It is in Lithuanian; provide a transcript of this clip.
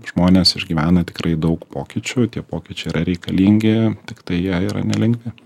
žmonės išgyvena tikrai daug pokyčių tie pokyčiai yra reikalingi tiktai jie yra nelengvi